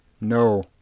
No